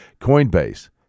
Coinbase